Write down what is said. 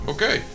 Okay